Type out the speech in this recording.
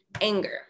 anger